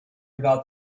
about